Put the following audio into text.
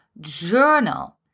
journal